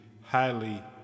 highly